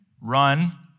run